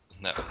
No